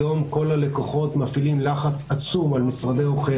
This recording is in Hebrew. היום כל הלקוחות מפעילים לחץ עצום על משרדי עורכי